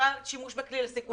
שימוש בכלי לסיכול טרור.